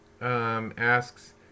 asks